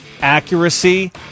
accuracy